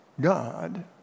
God